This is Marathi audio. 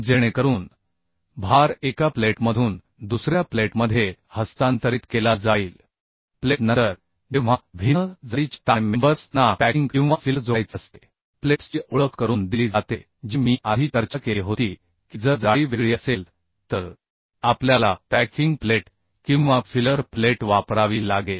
जेणेकरून भार एका प्लेटमधून दुसऱ्या प्लेटमध्ये हस्तांतरित केला जाईल प्लेट नंतर जेव्हा भिन्न जाडीच्या ताण मेंबर्स ना पॅकिंग किंवा फिलर जोडायचे असते प्लेट्सची ओळख करून दिली जाते जी मी आधी चर्चा केली होती की जर जाडी वेगळी असेल तर आपल्याला पॅकिंग प्लेट किंवा फिलर प्लेट वापरावी लागेल